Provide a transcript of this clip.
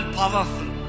powerful